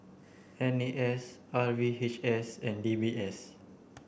N A S R V H S and D B S